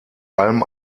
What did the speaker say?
allem